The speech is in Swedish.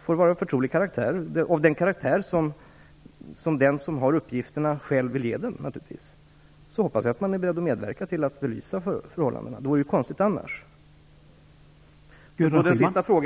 får vara av den förtroliga karaktär som vederbörande själv önskar, medverka till att belysa förhållandena. Det vore konstigt annars.